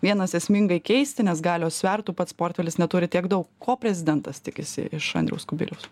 vienas esmingai keisti nes galios svertų pats portfelis neturi tiek daug ko prezidentas tikisi iš andriaus kubiliaus